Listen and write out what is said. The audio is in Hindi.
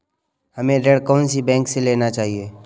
हमें ऋण कौन सी बैंक से लेना चाहिए?